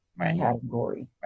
category